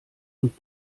und